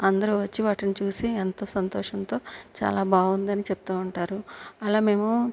అందరూ వచ్చి వాటిని చూసి ఎంతో సంతోషంతో చాలా బాగుంది అని చెప్తూ ఉంటారు అలా మేము